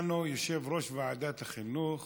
יושב-ראש ועדת החינוך